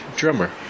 drummer